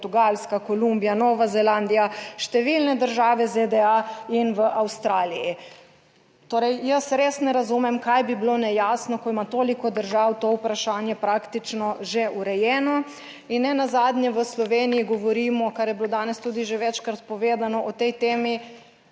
Portugalska, Kolumbija, Nova Zelandija, številne države ZDA in v Avstraliji. Torej jaz res ne razumem, kaj bi bilo nejasno, ko ima toliko držav to vprašanje praktično že urejeno. In nenazadnje, v Sloveniji govorimo, kar je bilo danes tudi že večkrat povedano, o tej temi